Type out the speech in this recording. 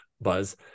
buzz